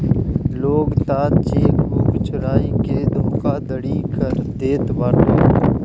लोग तअ चेकबुक चोराई के धोखाधड़ी कर देत बाटे